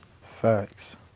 Facts